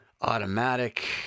automatic